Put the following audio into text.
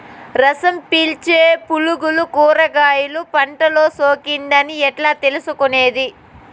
రసం పీల్చే పులుగులు కూరగాయలు పంటలో సోకింది అని ఎట్లా తెలుసుకునేది?